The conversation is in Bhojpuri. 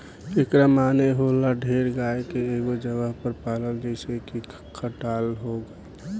एकरा माने होला ढेर गाय के एगो जगह पर पलाल जइसे की खटाल हो गइल